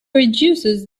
reduces